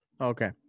Okay